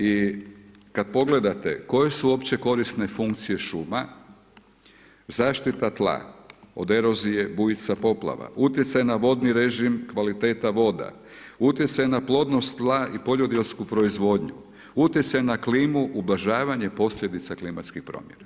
I kad pogledate koje su opće korisne funkcije šuma, zaštita tla od erozije, bujica, poplava, utjecaj na vodni režim, kvaliteta voda, utjecaj na plodnost tla i poljodjelsku proizvodnju, utjecaj na klimu, ublažavanje posljedica klimatskih promjena.